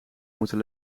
moeten